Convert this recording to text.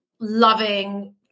loving